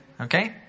okay